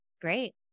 great